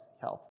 health